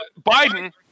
Biden